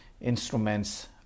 instruments